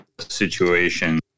situation